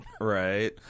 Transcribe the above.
Right